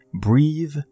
breathe